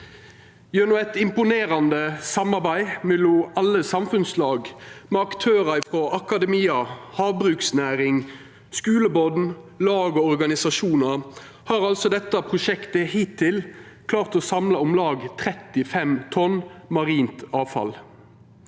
Gjennom eit imponerande samarbeid mellom alle samfunnslag, med aktørar frå akademia, havbruksnæring, skuleborn, lag og organisasjonar, har altså dette prosjektet hittil klart å samla om lag 35 tonn med marint avfall.